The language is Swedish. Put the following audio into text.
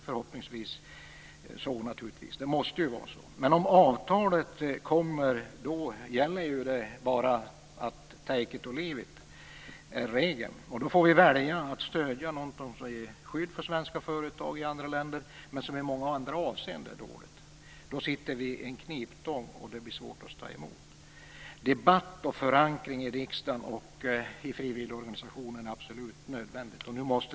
Förhoppningsvis är det så. Det måste ju vara så. Men när avtalet kommer gäller ju bara take it or leave it. Då får vi välja att stödja någonting som ger skydd för svenska företag i andra länder men som i många andra avseenden är dåligt. Då sitter vi i en kniptång, och det blir svårt att stå emot. Debatt och förankring i riksdagen och i frivilligorganisationerna är absolut nödvändigt.